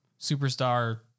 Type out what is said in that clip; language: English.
Superstar